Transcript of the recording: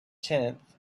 tenth